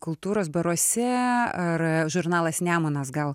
kultūros baruose ar žurnalas nemunas gal